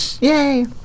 Yay